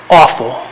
awful